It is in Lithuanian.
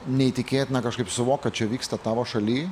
neįtikėtina kažkaip suvok kad čia vyksta tavo šaly